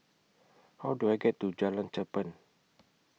How Do I get to Jalan Cherpen